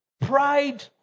Pride